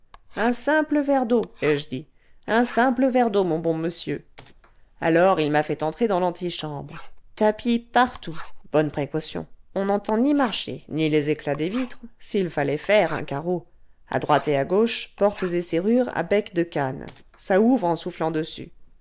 un simple verre d'eau ai-je dit un simple verre d'eau mon bon monsieur alors il m'a fait entrer dans l'antichambre tapis partout bonne précaution on n'entend ni marcher ni les éclats des vitres s'il fallait faire un carreau à droite et à gauche portes et serrures à becs de cane ça ouvre en soufflant dessus